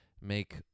make